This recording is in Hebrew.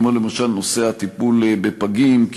כמו למשל נושא הטיפול בפגים,